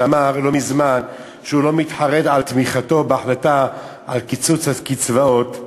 שאמר לא מזמן שהוא לא מתחרט על תמיכתו בהחלטה על קיצוץ הקצבאות.